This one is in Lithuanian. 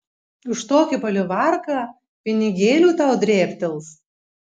už tokį palivarką pinigėlių tau drėbtels